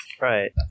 Right